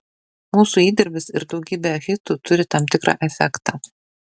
mūsų įdirbis ir daugybė hitų turi tam tikrą efektą